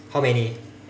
how many